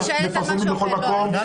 אנחנו מפרסמים את זה בכל מקום --- לא,